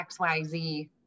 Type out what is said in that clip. XYZ